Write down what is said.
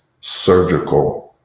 surgical